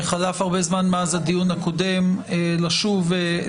חלף הרבה זמן מאז הדיון הקודם ולכן אני מבקש מהיועצת